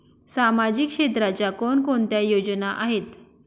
सामाजिक क्षेत्राच्या कोणकोणत्या योजना आहेत?